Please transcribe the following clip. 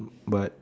but